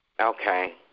Okay